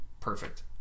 perfect